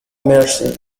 mercy